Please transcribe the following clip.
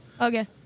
Okay